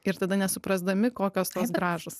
ir tada nesuprasdami kokios tos grąžos